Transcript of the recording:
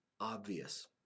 obvious